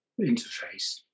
interface